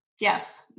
Yes